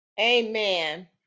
Amen